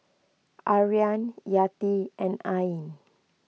Aryan Yati and Ain